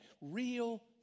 real